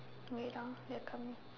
wait ah they are coming